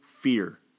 fear